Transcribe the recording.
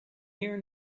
here